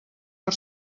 per